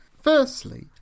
firstly